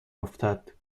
افتد